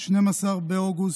12 באוגוסט,